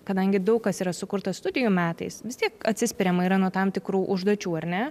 kadangi daug kas yra sukurta studijų metais vis tiek atsispiriama yra nuo tam tikrų užduočių ar ne